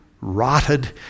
rotted